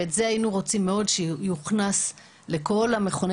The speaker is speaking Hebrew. ואת זה היינו רוצים שיוכנס לכל מכוני